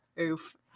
Oof